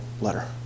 letter